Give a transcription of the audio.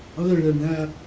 other than that,